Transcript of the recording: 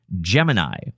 Gemini